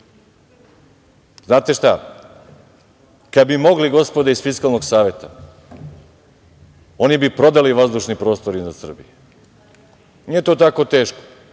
šta, kad bi mogli gospoda iz Fiskalnog saveta, oni bi prodali vazdušni prostor iznad Srbije. Nije to tako teško.